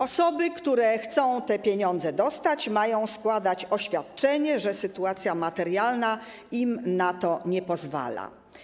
Osoby, które chcą te pieniądze dostać, mają składać oświadczenie, że sytuacja materialna im na to nie pozwala.